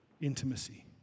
intimacy